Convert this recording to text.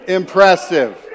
impressive